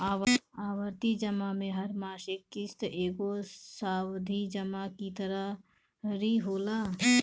आवर्ती जमा में हर मासिक किश्त एगो सावधि जमा की तरही होला